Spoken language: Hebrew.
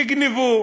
תגנבו,